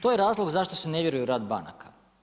To je razlog zašto se ne vjeruje u rad banaka.